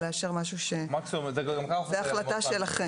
זאת החלטה שלכם.